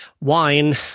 wine